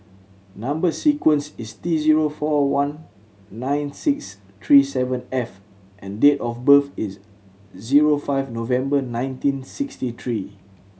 number sequence is T zero four one nine six three seven F and date of birth is zero five November nineteen sixty three